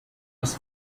was